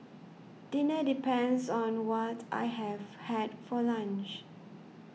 dinner depends on what I have had for lunch